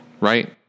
right